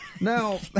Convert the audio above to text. Now